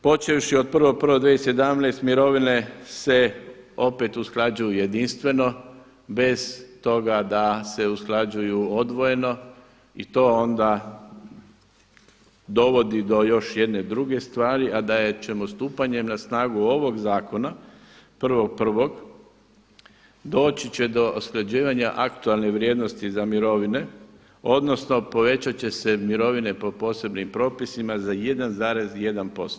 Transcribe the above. Počevši od 1.1.2017. mirovine se opet usklađuju jedinstveno bez toga da se usklađuju odvojeno i to onda dovodi do još jedne druge stvari, a da ćemo stupanjem na snagu ovog zakona 1.1. doći do usklađivanja aktualne vrijednosti za mirovine odnosno povećat će se mirovine po posebnim propisima za 1,1%